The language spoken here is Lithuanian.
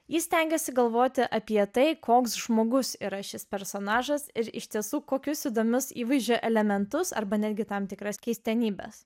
ji stengėsi galvoti apie tai koks žmogus yra šis personažas ir iš tiesų kokius įdomius įvaizdžio elementus arba netgi tam tikras keistenybes